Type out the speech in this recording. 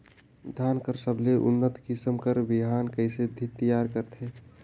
धान कर सबले उन्नत किसम कर बिहान कइसे तियार करथे?